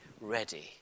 ready